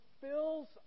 fills